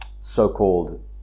so-called